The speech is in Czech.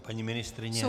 Paní ministryně?